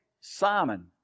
Simon